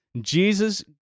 Jesus